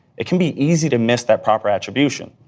it can be easy to miss that proper attribution.